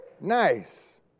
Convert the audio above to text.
Nice